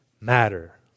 matter